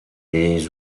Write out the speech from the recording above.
les